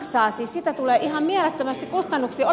siis siitä tulee ihan mielettömästi kustannuksia